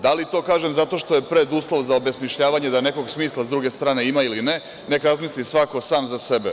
Da li to kažem zato što je preduslov za obesmišljavanje da nekog smisla sa druge strane ima ili ne, neka razmisli svako sam za sebe.